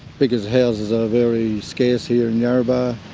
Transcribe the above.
because houses are very scarce here in yarrabah,